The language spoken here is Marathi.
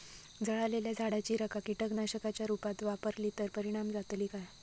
जळालेल्या झाडाची रखा कीटकनाशकांच्या रुपात वापरली तर परिणाम जातली काय?